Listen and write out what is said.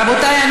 רבותיי,